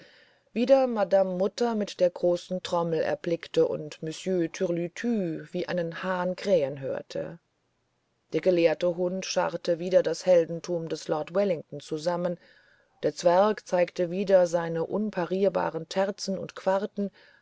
wieder madame mutter mit der großen trommel erblickte und monsieur türlütü wie einen hahn krähen hörte der gelehrte hund scharrte wieder das heldentum des lord wellington zusammen der zwerg zeigte wieder seine unparierbaren terzen und quarten